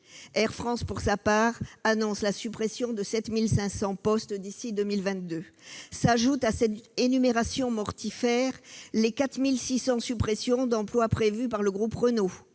Air France, pour sa part, annonce la suppression de 7 500 postes d'ici à 2022. Il faut ajouter à ce décompte mortifère les 4 600 suppressions d'emplois prévues par le groupe Renault.